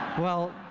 well,